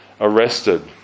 arrested